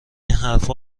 حرفها